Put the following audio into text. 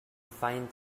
find